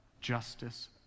justice